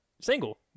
single